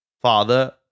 father